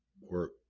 work